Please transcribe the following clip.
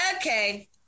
okay